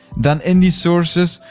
then in the sources,